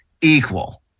equal